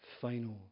Final